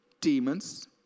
demons